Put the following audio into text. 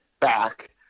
back